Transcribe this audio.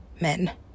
men